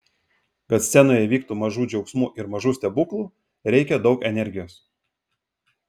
kad scenoje įvyktų mažų džiaugsmų ir mažų stebuklų reikia daug energijos